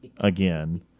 again